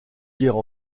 guerre